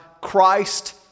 Christ